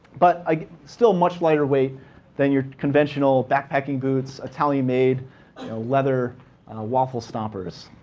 but still much lighter weight than your conventional backpacking boots. italian-made leather waffle stompers.